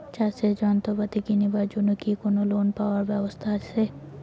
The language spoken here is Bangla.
চাষের যন্ত্রপাতি কিনিবার জন্য কি কোনো লোন পাবার ব্যবস্থা আসে?